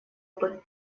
под